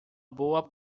boa